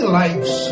lives